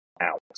out